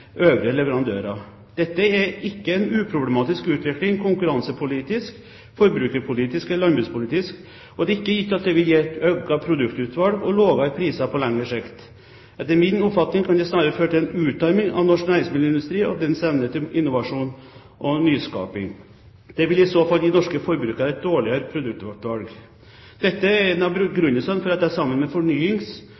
øvrige leverandører. Dette er ikke en uproblematisk utvikling konkurransepolitisk, forbrukerpolitisk eller landbrukspolitisk, og det er ikke gitt at det vil gi økt produktutvalg og lavere priser på lengre sikt. Etter min oppfatning kan det snarere føre til en utarming av norsk næringsmiddelindustri og dens evne til innovasjon og nyskaping. Det vil i så fall gi norske forbrukere et dårligere produktutvalg. Dette er en av